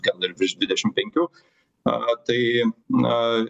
gal dar virš dvidešimt penkių a tai na